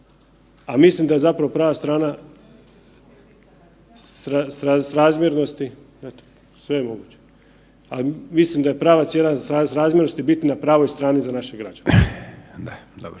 a mislim da je prava cijena srazmjernosti biti na pravoj strani za naše građane. …/Upadica: